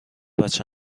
بچه